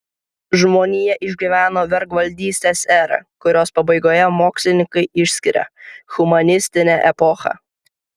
žmonija išgyveno vergvaldystės erą kurios pabaigoje mokslininkai išskiria humanistinę epochą